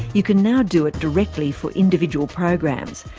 you can now do it directly for individual programs.